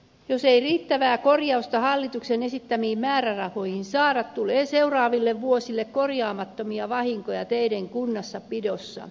jos ei riittävää korjausta hallituksen esittämiin määrärahoihin saada tulee seuraaville vuosille korjaamattomia vahinkoja teiden kunnossapidossa